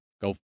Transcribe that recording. go